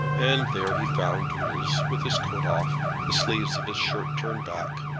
and there he found doodles with his coat off, the sleeves of his shirt turned back,